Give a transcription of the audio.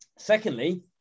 Secondly